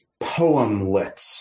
poemlets